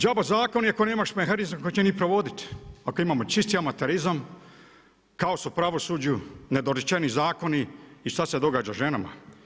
Đaba zakon ako nemaš mehanizme koji će njih provoditi, ako imamo čisti amaterizam, kaos u pravosuđu, nedorečeni zakoni i šta se događa ženama.